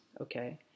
okay